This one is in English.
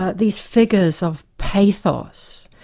ah these figures of pathos.